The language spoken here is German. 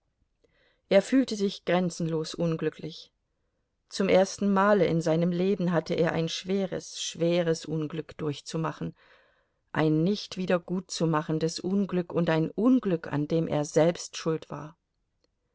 er fühlte sich grenzenlos unglücklich zum ersten male in seinem leben hatte er ein schweres schweres unglück durchzumachen ein nicht wiedergutzumachendes unglück und ein unglück an dem er selbst schuld war